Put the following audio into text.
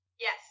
Yes